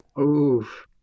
Oof